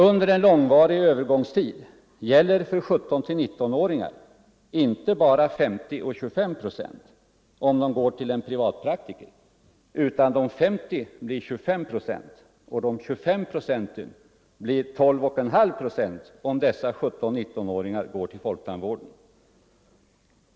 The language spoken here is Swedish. Under en långvarig övergångstid gäller för 17-19-åringar inte bara 50 procent och 25 procent när de går till en privatpraktiker, utan de 50 procenten blir 25 procent och de 25 procenten blir 12 1/2 procent om dessa 17-19-åringar går till folktandvården.